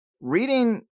reading